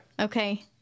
Okay